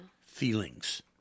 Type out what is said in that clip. feelings